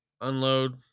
unload